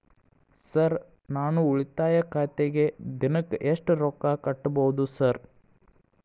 Sir ನಾನು ಉಳಿತಾಯ ಖಾತೆಗೆ ದಿನಕ್ಕ ಎಷ್ಟು ರೊಕ್ಕಾ ಕಟ್ಟುಬಹುದು ಸರ್?